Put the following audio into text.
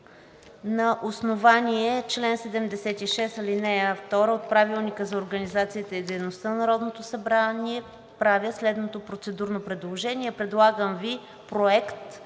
на основание чл. 76, ал. 2 от Правилника за организацията и дейността на Народното събрание правя следното процедурно предложение: предлагам Ви Проект